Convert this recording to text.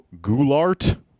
Goulart